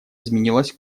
изменилась